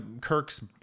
Kirk's